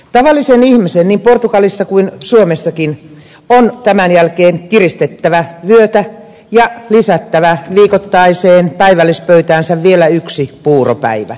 tavallisen ihmisen niin portugalissa kuin suomessakin on tämän jälkeen kiristettävä vyötä ja lisättävä viikoittaiseen päivällispöytäänsä vielä yksi puuropäivä